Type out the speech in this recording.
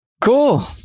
Cool